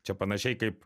čia panašiai kaip